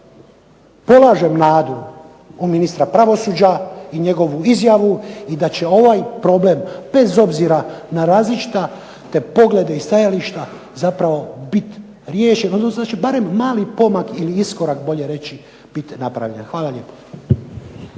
polažem nadu u ministra pravosuđa i njegovu izjavu i da će ovaj problem bez obzira na različite poglede i stajališta zapravo biti riješen, odnosno da će barem maleni pomak ili iskorak bolje reći biti napravljen. Hvala lijepo.